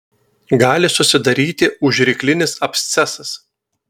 gali susidaryti užryklinis abscesas